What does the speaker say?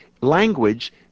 language